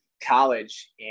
college